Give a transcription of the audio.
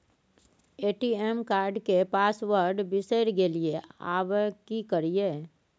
ATM card के password बिसरि गेलियै आबय की करियै?